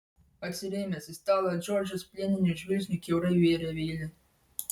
atsirėmęs į stalą džordžas plieniniu žvilgsniu kiaurai vėrė vilį